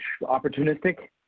opportunistic